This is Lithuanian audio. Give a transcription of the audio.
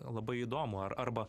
labai įdomu ar arba